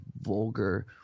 vulgar